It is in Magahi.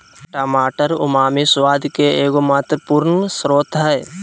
टमाटर उमामी स्वाद के एगो महत्वपूर्ण स्रोत हइ